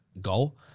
goal